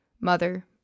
Mother